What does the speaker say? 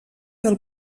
del